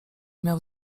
miał